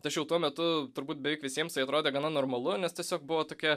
tačiau tuo metu turbūt beveik visiems tai atrodė gana normalu nes tiesiog buvo tokia